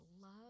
love